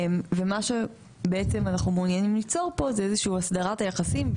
ואנחנו מעוניינים ליצור פה איזושהי הסדרת יחסים,